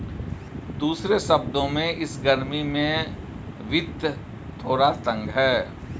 दूसरे शब्दों में, इस गर्मी में वित्त थोड़ा तंग है